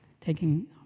taking